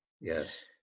Yes